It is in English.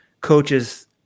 coaches